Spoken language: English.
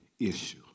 issue